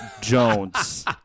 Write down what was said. Jones